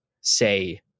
say